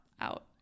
Out